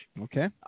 Okay